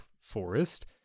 forest